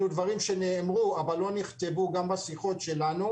אלה דברים שנאמרו אבל לא נכתבו גם בשיחות שלנו,